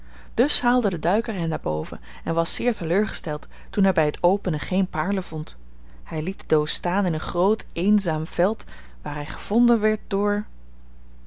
dus haalde de duiker hen naar boven en was zeer teleurgesteld toen hij bij het openen geen paarlen vond hij liet de doos staan in een groot eenzaam veld waar hij gevonden werd